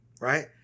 right